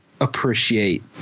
appreciate